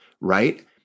right